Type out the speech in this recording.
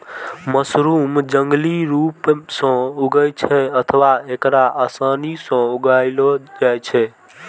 mushroom जंगली रूप सं उगै छै अथवा एकरा आसानी सं उगाएलो जाइ छै